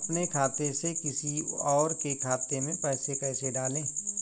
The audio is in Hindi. अपने खाते से किसी और के खाते में पैसे कैसे डालें?